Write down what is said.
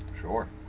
sure